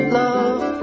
love